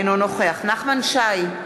אינו נוכח נחמן שי,